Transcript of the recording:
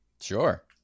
Sure